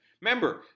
Remember